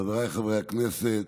חבריי חברי הכנסת,